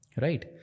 Right